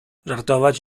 żartować